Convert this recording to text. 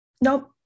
Nope